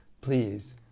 please